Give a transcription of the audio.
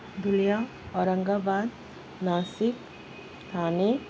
دھلیاں Aurangabad Nashik ہانی